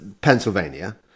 Pennsylvania